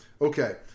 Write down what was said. Okay